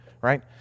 right